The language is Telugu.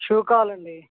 షూ కావాలండి